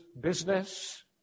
business